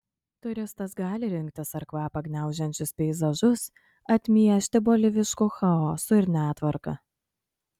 turistas gali rinktis ar kvapą gniaužiančius peizažus atmiešti bolivišku chaosu ir netvarka